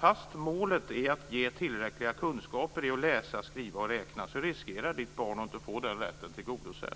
Fastän målet är att ge tillräckliga kunskaper i att läsa, skriva och räkna riskerar alltså ditt barn att inte få den rätten tillgodosedd.